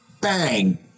bang